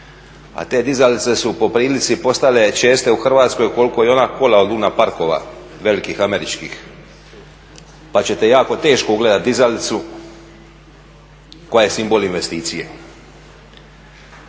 A te dizalice su po prilici postale česte u Hrvatskoj koliko i ona kola od lunaparkova velikih američkih. Pa ćete jako teško ugledati dizalicu koja je simbol investicije.